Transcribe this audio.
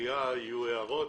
ובקריאה יהיו הערות.